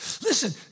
Listen